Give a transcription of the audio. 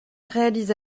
réalise